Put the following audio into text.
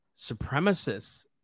Supremacists